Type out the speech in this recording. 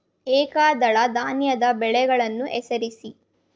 ಏಕದಳ ಧಾನ್ಯದ ಬೆಳೆಗಳನ್ನು ಹೆಸರಿಸಿ?